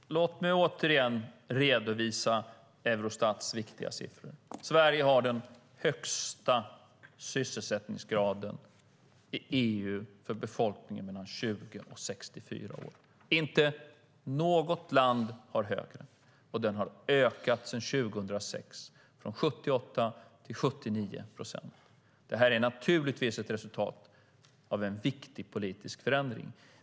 Herr talman! Låt mig återigen redovisa Eurostats viktiga siffror. Sverige har den högsta sysselsättningsgraden i EU för befolkningen mellan 20 och 64 år. Inte något land har en högre sysselsättningsgrad, och den har ökat sedan 2006 från 78 procent till 79 procent. Detta är naturligtvis ett resultat av en viktig politisk förändring.